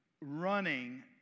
running